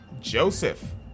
Joseph